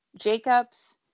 Jacobs